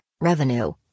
revenue